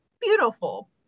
beautiful